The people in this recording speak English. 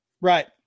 right